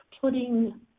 putting